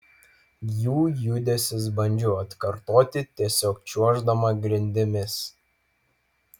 jų judesius bandžiau atkartoti tiesiog čiuoždama grindimis